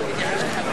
בבקשה.